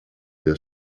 der